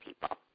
people